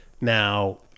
Now